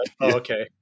okay